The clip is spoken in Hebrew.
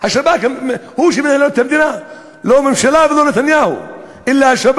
אני רוצה גם.